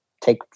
take